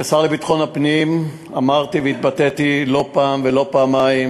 כשר לביטחון הפנים אמרתי והתבטאתי לא פעם ולא פעמיים,